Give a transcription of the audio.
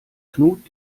knut